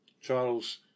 Charles